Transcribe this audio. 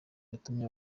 yatumye